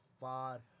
far